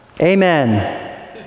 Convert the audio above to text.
Amen